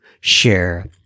share